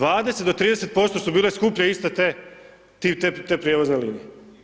20-30% su bile skuplje iste te prijevozne linije.